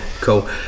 cool